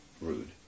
rude